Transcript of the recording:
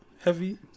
heavy